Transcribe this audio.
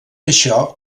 això